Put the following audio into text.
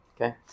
Okay